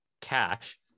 cash